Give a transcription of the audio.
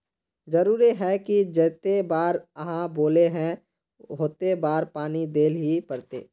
जरूरी है की जयते बार आहाँ बोले है होते बार पानी देल ही पड़ते?